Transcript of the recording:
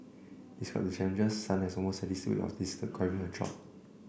despite the challenges Sun has an almost sadistic way of describing her job